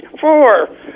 four